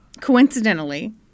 coincidentally